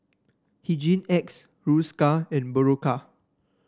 Hygin X Hiruscar and Berocca